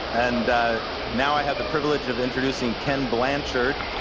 and now i have the privilege of introducing ken blanchard,